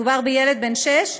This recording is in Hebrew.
מדובר בילד בן שש,